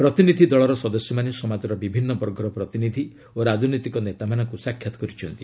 ପ୍ରତିନିଧି ଦଳର ସଦସ୍ୟମାନେ ସମାଜର ବିଭିନ୍ନ ବର୍ଗର ପ୍ରତିନିଧି ଓ ରାଜନୈତିକ ନେତାମାନଙ୍କୁ ସାକ୍ଷାତ କରିଛନ୍ତି